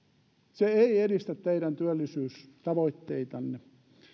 se ei edistä teidän työllisyystavoitteitanne